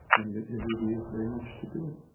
and there really is very much to do.